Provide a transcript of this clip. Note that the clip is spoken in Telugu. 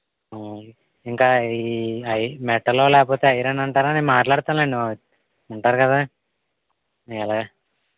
ఇంకా ఈ ఐ మెటల్ ఆ లేకపోతే ఐరన్ అంటారా నేను మాట్లాడుతాలెండి లేండి ఉంటారు కదా మీరు ఎలాగో